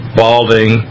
balding